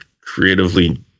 creatively